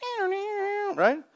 Right